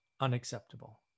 unacceptable